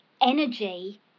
energy